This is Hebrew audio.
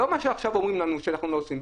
לא מה שעכשיו אומרים לנו שאנחנו לא עושים.